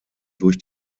durch